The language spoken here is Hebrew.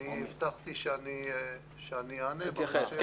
אני הבטחתי שאני אענה בסוף,